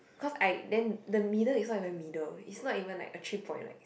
cause I then the middle it's not even middle it's not even like a three point like